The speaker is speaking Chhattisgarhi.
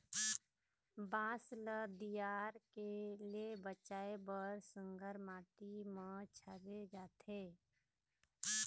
बांस ल दियार ले बचाए बर सुग्घर माटी म छाबे जाथे